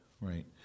Right